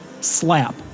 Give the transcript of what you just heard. SLAP